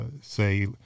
say